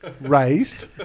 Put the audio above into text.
raised